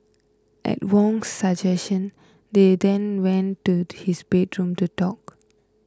at Wong's suggestion they then went to his bedroom to talk